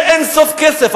של אין-סוף כסף,